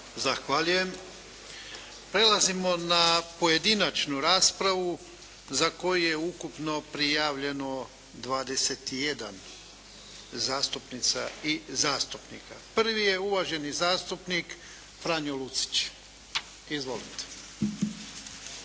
Zahvaljujem. Prelazimo na pojedinačnu raspravu za koju je ukupno prijavljeno 21 zastupnica i zastupnika. Prvi je uvaženi zastupnik Franjo Lucić. Izvolite.